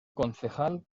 concejal